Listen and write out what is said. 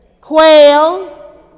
Quail